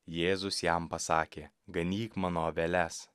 jėzus jam pasakė ganyk mano aveles